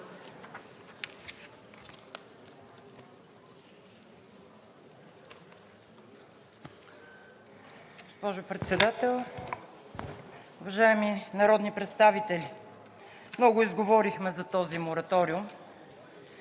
Госпожо Председател, уважаеми народни представители! Много изговорихме за този мораториум,